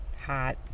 hot